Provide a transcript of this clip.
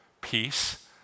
peace